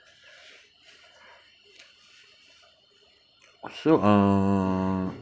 so uh